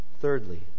Thirdly